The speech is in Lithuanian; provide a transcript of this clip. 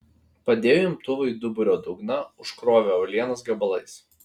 padėjo imtuvą į duburio dugną užkrovė uolienos gabalais